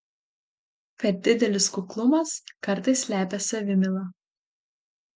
per didelis kuklumas kartais slepia savimylą